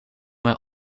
mijn